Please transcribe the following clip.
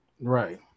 Right